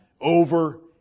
over